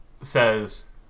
says